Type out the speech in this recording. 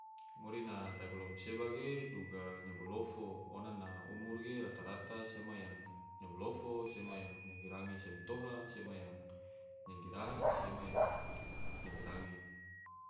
Ngori na dagilom seba ge duga nyabolofo ona na umur ge rata-rata sema yang nyabolofo, sema yang nyagi range se romtoha, sema yang nyagi raha, sema yang nyagi range